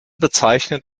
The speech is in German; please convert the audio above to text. bezeichnet